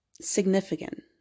significant